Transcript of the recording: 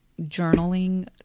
journaling